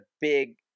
big